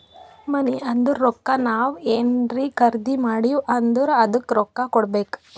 ಮನಿ ಅಂದುರ್ ರೊಕ್ಕಾ ನಾವ್ ಏನ್ರೇ ಖರ್ದಿ ಮಾಡಿವ್ ಅಂದುರ್ ಅದ್ದುಕ ರೊಕ್ಕಾ ಕೊಡ್ಬೇಕ್